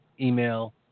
email